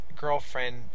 girlfriend